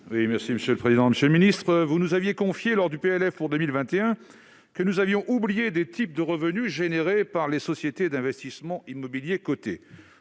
est à M. Éric Bocquet. Monsieur le ministre, vous nous aviez confié, lors de l'examen du PLF pour 2021, que nous avions oublié des types de revenus générés par les sociétés d'investissement immobilier cotées.